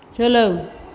सोलों